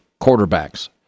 quarterbacks